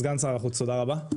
סגן שר החוץ, תודה רבה.